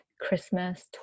Christmas